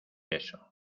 eso